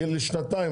יהיה לשנתיים,